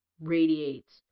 radiates